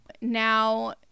now